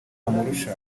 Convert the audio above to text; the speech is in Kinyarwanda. bamurusha